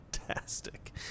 fantastic